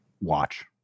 watch